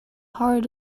heart